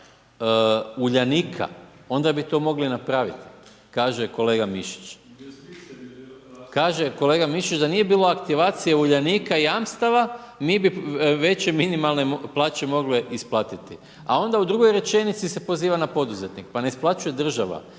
Uljanika, onda bi to mogli napraviti, kaže kolega Mišić. Kaže kolega Mišić da nije aktivacije Uljanika i jamstava, mi bi veće minimalne plaće mogli isplatiti a onda u drugoj rečenici se poziva na poduzetnike. Pa ne isplaćuje država